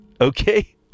okay